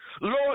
Lord